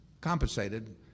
compensated